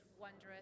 wondrous